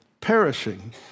perishing